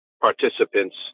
participants